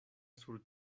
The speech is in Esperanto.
sur